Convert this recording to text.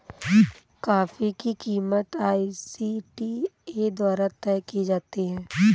coffee की कीमत ICTA द्वारा तय की जाती है